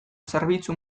zerbitzu